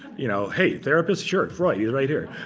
you know, hey, therapist? sure. freud. he's right here.